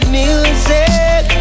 music